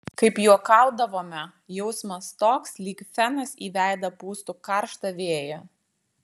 kaip juokaudavome jausmas toks lyg fenas į veidą pūstų karštą vėją